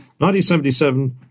1977